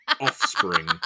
offspring